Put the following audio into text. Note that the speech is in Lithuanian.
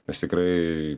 nes tikrai